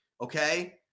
okay